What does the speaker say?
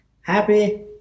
Happy